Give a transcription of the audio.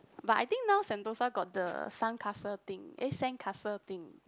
but I think now Sentosa got the sun castle thing eh sandcastle thing